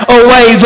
away